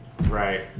Right